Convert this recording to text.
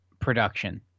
production